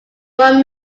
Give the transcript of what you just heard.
one